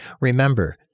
Remember